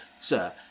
sir